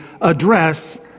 address